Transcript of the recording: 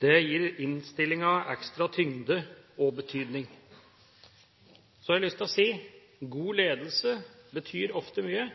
gir innstillingen ekstra tyngde og betydning. Så har jeg lyst til å si at god ledelse ofte betyr mye.